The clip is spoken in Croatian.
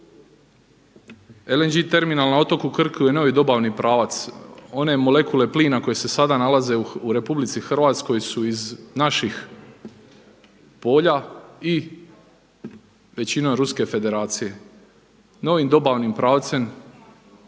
LNG terminal na otoku Krku je novi dobavni pravac. One molekule plina koje se sada nalaze u RH su iz naših polja i većina Ruske federacije. Novim dobavnim pravcem